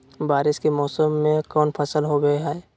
बारिस के मौसम में कौन फसल होबो हाय?